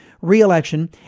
reelection